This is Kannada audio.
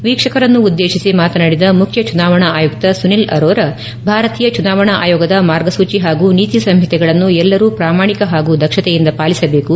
ವೀಕ್ಷಕರನ್ನುದ್ದೇಶಿ ಮಾತನಾಡಿದ ಮುಖ್ಯ ಚುನಾವಣಾ ಆಯುಕ್ತ ಸುನಿಲ್ ಅರೋರಾ ಭಾರತೀಯ ಚುನಾವಣಾ ಆಯೋಗದ ಮಾರ್ಗಸೂಜಿ ಹಾಗೂ ನೀತಿ ಸಂಹಿತೆಗಳನ್ನು ಎಲ್ಲರು ಪ್ರಾಮಾಣಿಕ ಪಾಗೂ ದಕ್ಷತೆಯಿಂದ ಪಾಲಿಸಬೇಕು